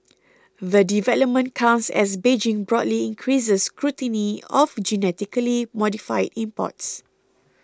the development comes as Beijing broadly increases scrutiny of genetically modified imports